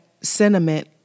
sentiment